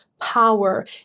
power